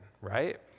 right